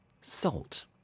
salt